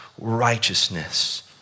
righteousness